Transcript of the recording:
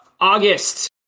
august